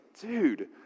dude